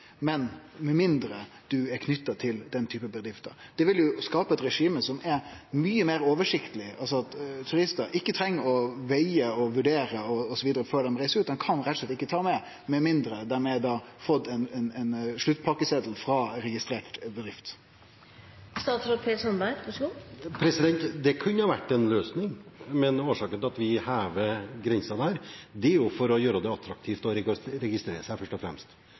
med mindre ein er knytt til den typen bedrifter? Det ville jo skape eit regime som var mykje meir oversiktleg, slik at turistar ikkje trong å vege og vurdere osv. før dei reiste ut – dei kan rett og slett ikkje ta med seg fisk med mindre dei har fått ein sluttpakkesetel frå ei registrert bedrift. Det kunne vært en løsning. Årsaken til at vi hever grensen, er jo at vi vil gjøre det attraktivt å registrere seg, først og fremst.